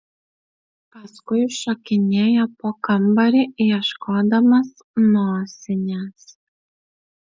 paskui šokinėja po kambarį ieškodamas nosinės